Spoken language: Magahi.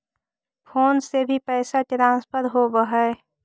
फोन से भी पैसा ट्रांसफर होवहै?